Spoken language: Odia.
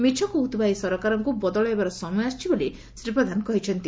ମିଛ କହ୍ଥିବା ଏହି ସରକାରଙ୍କୁ ବଦଳାଇବାର ସମୟ ଆସିଛି ବୋଲି ଶ୍ରୀ ପ୍ରଧାନ କହିଛନ୍ତି